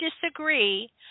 disagree